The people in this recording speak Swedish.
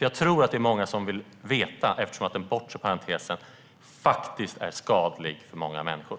Jag tror att det är många som vill veta det, eftersom den bortre parentesen är skadlig för många människor.